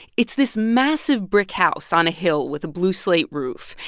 it's this massive, brick house on a hill with a blue-slate roof.